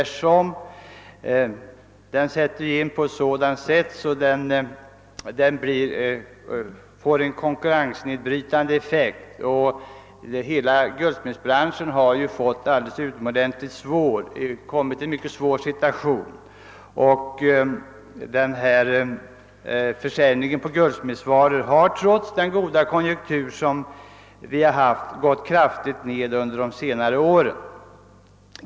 Tvärtom har den en konkurrensnedbrytande effekt och har därigenom försatt hela guldsmedsbranschen i en utomordentligt svår situation. Försäljningen av guldsmedsvaror har trots de goda konjunkturerna gått ned kraftigt under senare år.